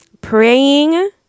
praying